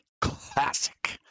classic